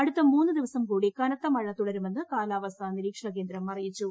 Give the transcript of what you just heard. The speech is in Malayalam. അടുത്ത മൂന്നു ദിവസം കൂടി കനത്ത മഴ തുടരുമെന്ന് കാലാവസ്ഥാ നിരീക്ഷണ കേന്ദ്രം അറിയിച്ചു